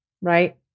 right